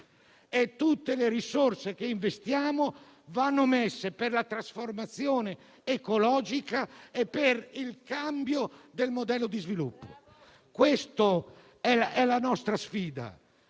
tutte le risorse che investiamo vanno destinate alla trasformazione ecologica e al cambiamento del modello di sviluppo. Questa è la nostra sfida;